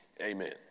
Amen